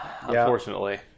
Unfortunately